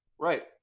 right